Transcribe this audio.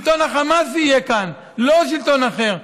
שלטון החמאס יהיה כאן, לא שלטון אחר.